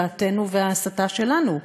דעתנו וההסתה שלנו.